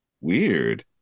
Weird